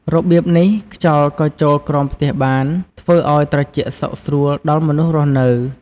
របៀបនេះ ខ្យល់ក៏ចូលក្រោមផ្ទះបាន ធ្វើឲ្យត្រជាក់សុខស្រួលដល់មនុស្សរស់នៅ។